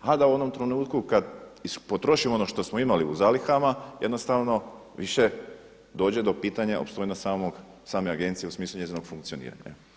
a da u onom trenutku kad ispotrošimo ono što smo imali u zalihama jednostavno više dođe do pitanja opstojnost samog, same agencije u smislu njezinog funkcioniranja.